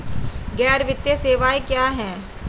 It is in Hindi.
गैर वित्तीय सेवाएं क्या हैं?